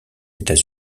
états